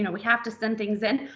you know we have to send things in,